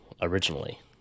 originally